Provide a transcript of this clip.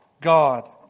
God